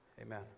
Amen